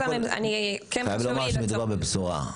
חייב לומר שמדובר בבשורה.